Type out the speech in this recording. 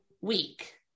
week